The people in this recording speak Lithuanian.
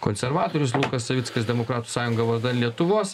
konservatorius lukas savickas demokratų sąjunga vardan lietuvos